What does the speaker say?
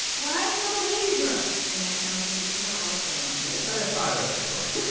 lines for the ladies room, an economic indicator all its own yeah, a sign of progress of sorts